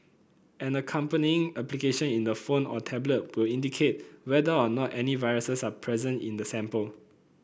an accompanying application in the phone or tablet will indicate whether or not any viruses are present in the sample